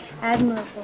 admirable